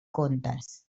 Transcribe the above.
contes